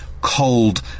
cold